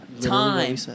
time